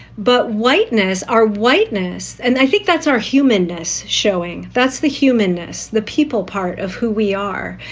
but whiteness. our whiteness. and i think that's our humanness showing. that's the humanness the people part of who we are,